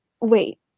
wait